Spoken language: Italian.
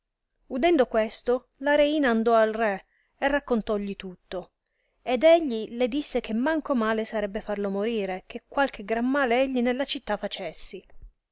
udendo questo la reina andò al re e raccontógli il tutto ed egli le disse che manco male sarebbe farlo morire che qualche gran male egli nella città facessi